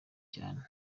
cyane